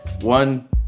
One